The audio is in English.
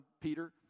Peter